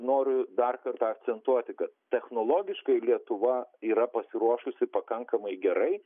noriu dar kartą akcentuoti kad technologiškai lietuva yra pasiruošusi pakankamai gerai